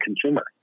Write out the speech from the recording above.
consumer